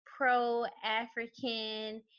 pro-African